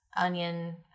onion